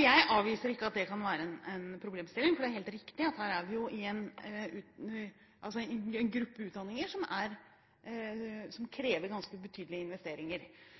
Jeg avviser ikke at det kan være en problemstilling, for det er helt riktig at vi har en gruppe utdanninger som krever ganske betydelige investeringer. Det som er veldig viktig her, er